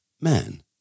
Man